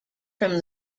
from